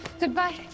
Goodbye